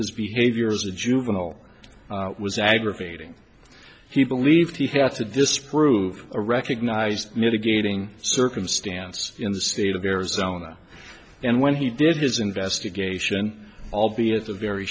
his behavior as a juvenile was aggravating he believed he had to disprove a recognized mitigating circumstance in the state of arizona and when he did his investigation albeit a very